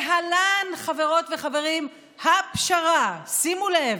להלן, חברות וחברים, הפשרה, שימו לב,